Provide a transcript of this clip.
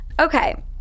Okay